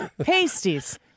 Pasties